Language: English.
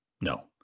No